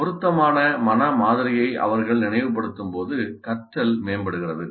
பொருத்தமான மன மாதிரியை அவர்கள் நினைவுபடுத்தும்போது கற்றல் மேம்படுகிறது